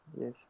yes